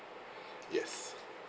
yes